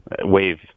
wave